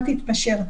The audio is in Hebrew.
אל תתפשר.